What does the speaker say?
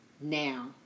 now